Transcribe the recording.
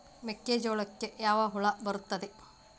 ಮೆಕ್ಕೆಜೋಳಕ್ಕೆ ಯಾವ ಹುಳ ಬರುತ್ತದೆ?